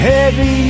Heavy